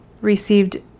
received